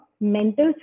mental